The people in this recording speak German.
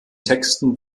texten